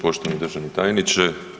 Poštovani državni tajniče.